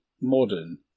modern